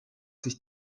sich